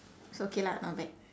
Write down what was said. so okay lah not bad